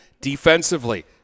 Defensively